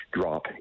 drop